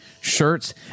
shirts